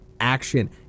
action